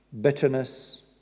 bitterness